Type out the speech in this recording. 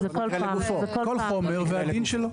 כל חומר והדין שלו.